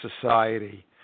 society